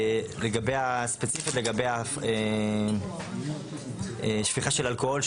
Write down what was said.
ספציפית לגבי שפיכת אלכוהול,